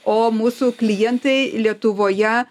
o mūsų klientai lietuvoje